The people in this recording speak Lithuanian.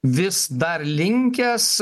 vis dar linkęs